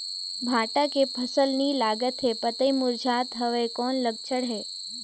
भांटा मे फल नी लागत हे पतई मुरझात हवय कौन लक्षण हे?